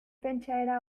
pentsaera